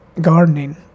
gardening